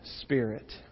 spirit